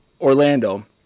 Orlando